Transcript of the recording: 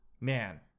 man